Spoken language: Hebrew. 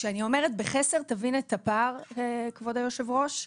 כשאני אומרת בחסר, תבין את הפער כבור היו"ר,